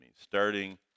starting